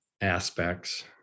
aspects